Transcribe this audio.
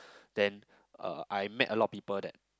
then uh I met a lot of people that